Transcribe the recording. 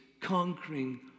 conquering